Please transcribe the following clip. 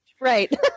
Right